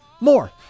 More